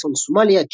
גם על צפון סומליה,